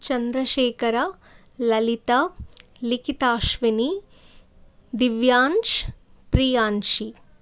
Chandrashekhara Lalita Likitashwini Divyansh Priyanshi